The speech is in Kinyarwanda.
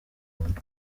murongo